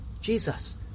jesus